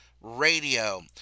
Radio